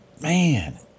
Man